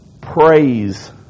praise